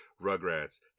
Rugrats